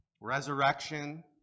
resurrection